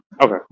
okay